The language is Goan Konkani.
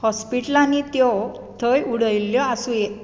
हॉस्पिटलांनी त्यो थंय उडयल्ल्यो आसुंये